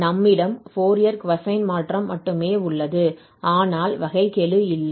நம்மிடம் Fourier cosine மாற்றம் மட்டுமே உள்ளது ஆனால் வகைக்கெழு இல்லை